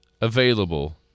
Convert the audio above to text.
available